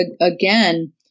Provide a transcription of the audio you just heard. again